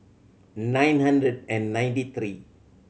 nine hundred and ninety three